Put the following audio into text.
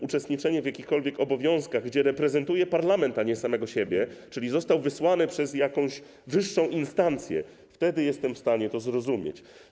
Uczestniczenie posła w jakichkolwiek obowiązkach, gdy reprezentuje parlament, a nie samego siebie, bo został wysłany przez jakąś wyższą instancję, jestem w stanie zrozumieć.